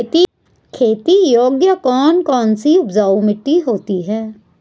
खेती योग्य कौन कौन सी उपजाऊ मिट्टी होती है?